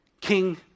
King